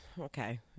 okay